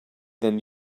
than